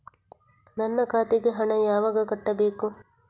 ನನ್ನ ಖಾತೆಗೆ ಹಣ ಯಾವಾಗ ಕಟ್ಟಬೇಕು?